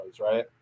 right